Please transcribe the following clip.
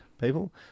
people